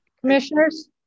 Commissioners